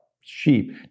sheep